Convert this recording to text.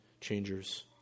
changers